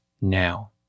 now